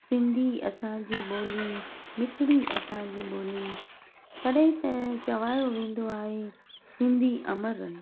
सिंधी असां जी ॿोली मिठड़ी असांजी ॿोली तॾहिं त चवायो वेंदो आहे सिंधी अमर रहे